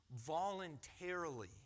voluntarily